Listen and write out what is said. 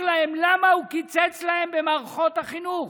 להם למה הוא קיצץ להם במערכות החינוך,